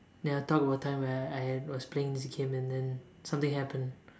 then I talk about time where I had I was playing this game and then something happened